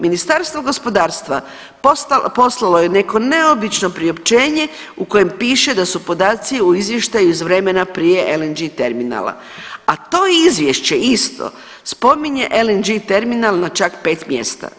Ministarstvo gospodarstva poslalo ne neko neobično priopćenje u kojem piše da su podaci u izvještaju iz vremena prije LNG terminala, a to izvješće isto spominje LNG terminal na čak 5 mjesta.